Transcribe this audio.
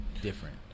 different